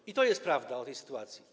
I to jest prawda o tej sytuacji.